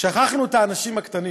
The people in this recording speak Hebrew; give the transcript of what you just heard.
בחודשים האחרונים,